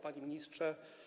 Panie Ministrze!